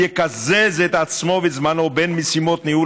יקזז את עצמו ואת זמנו בין משימות ניהול